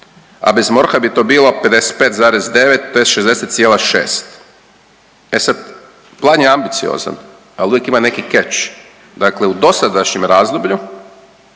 a bez MORH-a bi to bilo 55,9 to je 66,6 e sad plan je ambiciozan, ali uvijek ima neki keč. Dakle, u dosadašnjem razdoblju